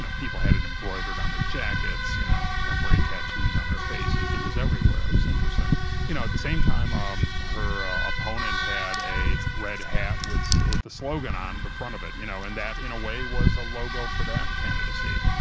people had it embroidered on their jackets, you know temporary tattoos on their faces, it was everywhere. it was interesting you know at the same time, um her ah opponent had a red hat with with the slogan on the front of it you know and that, in a way, was a logo for that candidacy.